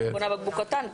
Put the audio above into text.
אני קונה בקבוק קטן,